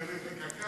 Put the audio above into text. או שאנחנו נלך לקק"ל.